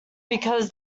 because